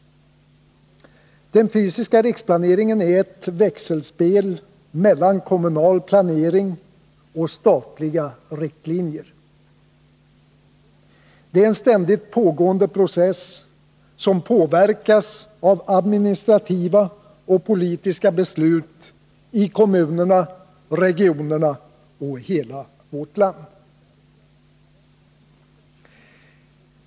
Den fysiska riksplaneringen är ett växelspel mellan kommunal planering och statliga riktlinjer. Den är en ständigt pågående process, som påverkas av administrativa och politiska beslut i kommunerna, regionerna och hela vårt land.